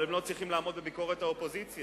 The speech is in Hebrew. אבל הן לא צריכות לעמוד בביקורת האופוזיציה.